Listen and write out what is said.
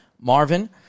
Marvin